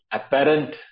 apparent